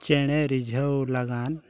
ᱪᱮᱬᱮ ᱨᱤᱡᱷᱟᱹᱣ ᱞᱟᱜᱟᱱ